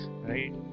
Right